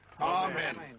Amen